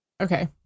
Okay